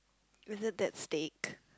is it that steak